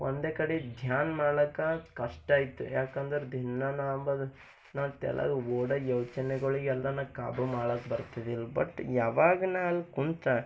ಒಂದೇ ಕಡೆ ಧ್ಯಾನ ಮಾಡ್ಲಾಕ ಕಷ್ಟ ಐತಿ ಯಾಕಂದರ ದಿನ ನಾ ಅಂಬದು ನನ್ನ ತಲ್ಯಾಗ ಓಡೋ ಯೋಚನೆಗಳು ಎಲ್ಲನ ಕಾಬೂ ಮಾಡಕ್ಕ ಬರ್ತಿರಲಿಲ್ಲ ಬಟ್ ಯಾವಾಗ ನಾ ಅಲ್ಲಿ ಕುಂತ್ನ